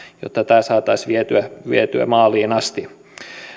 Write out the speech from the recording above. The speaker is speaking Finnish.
jotta tämä saataisiin vietyä vietyä maaliin asti